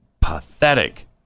Pathetic